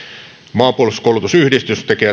maanpuolustuskoulutusyhdistys tekee